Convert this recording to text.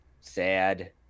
sad